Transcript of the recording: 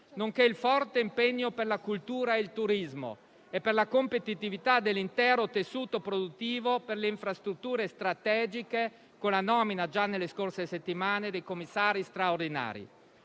nonché il forte impegno per la cultura e il turismo, per la competitività dell'intero tessuto produttivo, per le infrastrutture strategiche, con la nomina, già nelle scorse settimane, dei commissari straordinari.